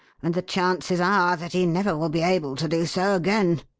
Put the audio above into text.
and the chances are that he never will be able to do so again.